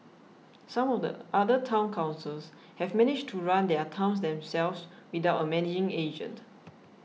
some of the other Town Councils have managed to run their towns themselves without a managing agent